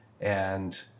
and-